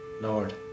Lord